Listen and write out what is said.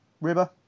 River